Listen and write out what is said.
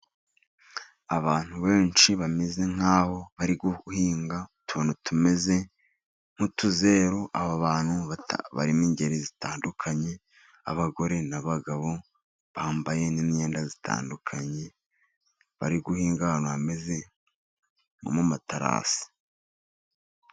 Abantu benshi bameze nk'aho bari guhinga utuntu tumeze nk'utuzeru. Aba bantu barimo ingeri zitandukanye, abagore n'abagabo bambaye n'imyenda itandukanye, bari guhinga ahantu hameze nko mu materasi.